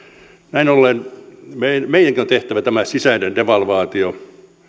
näin ollen meidän on tehtävä tämä sisäinen devalvaatio